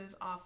off